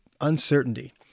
uncertainty